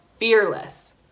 fearless